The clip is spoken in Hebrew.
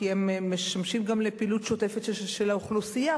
כי הם משמשים גם לפעילות שוטפת של האוכלוסייה,